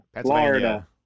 Florida